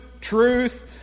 truth